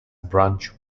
brunch